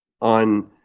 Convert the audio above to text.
on